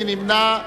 מי נמנע?